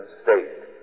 state